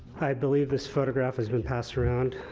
i believe this photograph has been passed around.